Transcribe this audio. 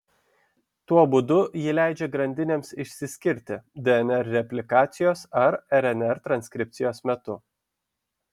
tuo būdu ji leidžia grandinėms išsiskirti dnr replikacijos ar rnr transkripcijos metu